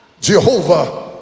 Jehovah